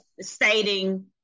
stating